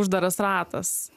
uždaras ratas